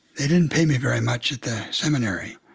they didn't pay me very much at the seminary,